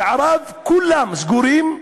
שעריו כולם סגורים.